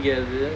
என்னது:ennathu